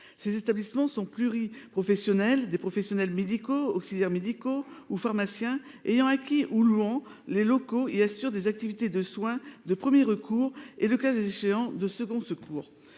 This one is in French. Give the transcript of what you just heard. Ces établissements sont pluriprofessionnels : des professionnels médicaux, des auxiliaires médicaux, des pharmaciens ayant acquis ou louant les locaux y exercent des activités de soins de premier recours et, le cas échéant, de second recours.